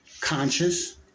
conscious